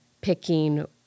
picking